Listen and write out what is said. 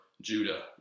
Judah